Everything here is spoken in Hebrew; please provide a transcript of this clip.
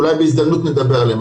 אולי בהזדמנות נדבר עליהם,